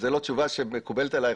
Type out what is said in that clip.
זאת לא תשובה שמקובלת עלייך,